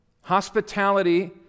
Hospitality